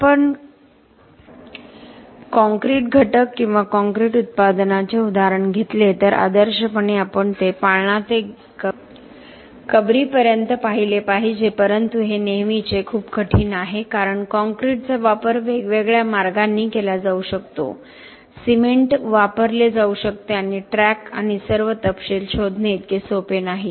जर आपण कॉंक्रिट घटक किंवा काँक्रीट उत्पादनाचे उदाहरण घेतले तर आदर्शपणे आपण ते पाळणा ते कबरीपर्यंत पाहिले पाहिजे परंतु हे नेहमीच खूप कठीण आहे कारण काँक्रीटचा वापर वेगवेगळ्या मार्गांनी केला जाऊ शकतो सिमेंट वापरले जाऊ शकते आणि ट्रॅक आणि सर्व तपशील शोधणे इतके सोपे नाही